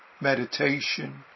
meditation